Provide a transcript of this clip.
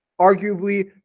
arguably